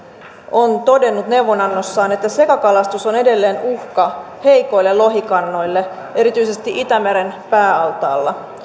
on todennut neuvonannossaan että sekakalastus on edelleen uhka heikoille lohikannoille erityisesti itämeren pääaltaalla